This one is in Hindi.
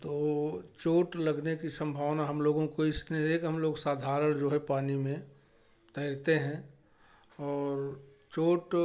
तो वो चोट लगने कि सम्भावना हम लोगों को इसलिए कि हम लोग साधारणतः जो है पानी में तैरते हैं और चोट